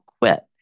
quit